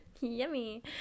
Yummy